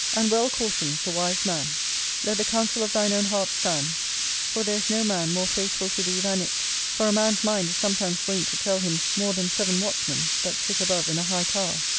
and well cautions the wise man let the counsel of thine own heart stand for there is no man more faithful to thee than it for a man's mind is sometimes wont to tell him more than seven watchmen, that sit above in a high tower